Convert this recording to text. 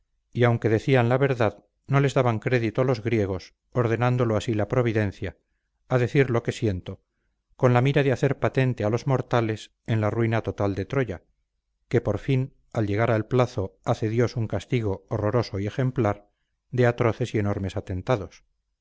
y aunque decían la verdad no les daban crédito los griegos ordenándolo así la providencia a decir lo que siento con la mira de hacer patente a los mortales en la ruina total de troya que por fin al llegar al plazo hace dios un castigo horroroso y ejemplar de atroces y enormes atentados